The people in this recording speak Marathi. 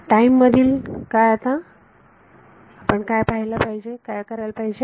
टाईम मधील काय आता आपण काय करायला पाहिजे